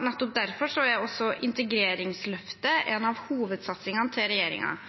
Nettopp derfor er integreringsløftet en av hovedsatsingene til regjeringen –